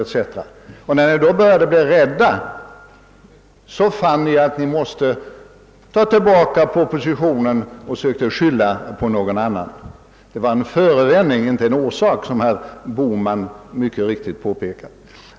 När ni sålunda började bli rädda, fann ni lämpligt att ta tillbaka propositionen, och då försökte ni skylla på någon annan. Vår motion var en förevändning, inte en orsak, som herr Bohman mycket riktigt påpekat.